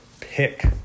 pick